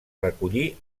recollir